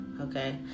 okay